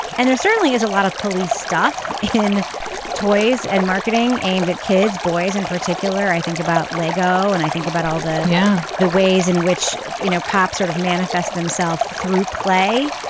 and there certainly is a lot of police stuff in toys and marketing aimed at kids, boys in particular. i think about lego and i think about all the. yeah, the ways in which, you know, cops sort of manifest themselves through play.